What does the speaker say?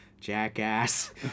jackass